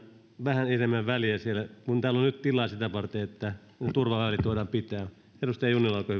vähän enemmän väliä siellä kun täällä on nyt tilaa sitä varten että turvavälit voidaan pitää